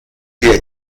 der